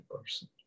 person